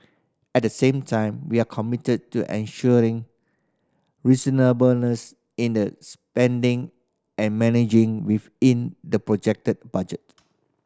at the same time we are committed to ensuring reasonableness in their spending and managing within the projected budget